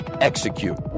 Execute